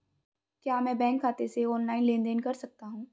क्या मैं बैंक खाते से ऑनलाइन लेनदेन कर सकता हूं?